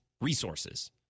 resources